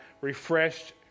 refreshed